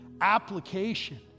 application